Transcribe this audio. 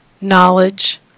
knowledge